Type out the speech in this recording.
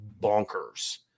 bonkers